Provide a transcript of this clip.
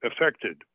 affected